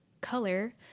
color